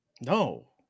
No